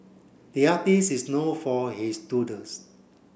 the artists is known for his doodles